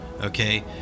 Okay